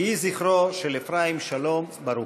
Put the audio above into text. יהי זכרו של אפרים שלום ברוך.